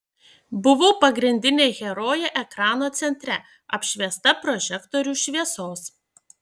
buvau pagrindinė herojė ekrano centre apšviesta prožektorių šviesos